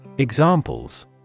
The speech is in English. Examples